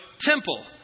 temple